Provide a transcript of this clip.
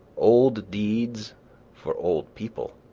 old deeds for old people,